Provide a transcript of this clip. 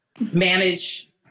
Manage